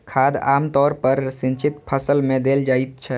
खाद आम तौर पर सिंचित फसल मे देल जाइत छै